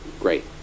Great